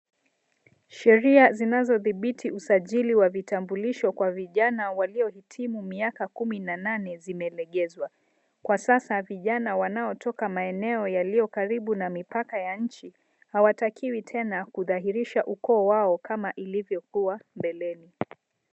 Sheria zinazodhibiti usajili wa vitambulisho kwa vijana waliohitimu miaka kumi na nane zimelegezwa. Kwa sasa vijana wanaotoka maeneo yaliyo karibu na mipaka ya nchi hawatakiwi tena kudhahirishwa ukoo wao kama ilivyokuwa mbeleni.